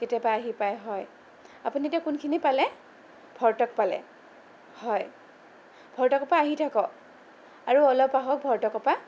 কেতিয়া বা আহি পায় হয় আপুনি এতিয়া কোনখিনি পালে ভৰ্টক পালে হয় ভৰ্টকৰ পৰা আহি থাকক আৰু অলপ আহক ভৰ্টকৰ পৰা